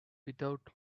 without